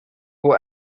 who